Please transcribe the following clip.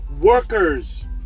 workers